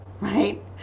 right